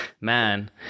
man